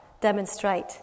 demonstrate